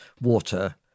water